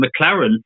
McLaren